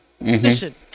Listen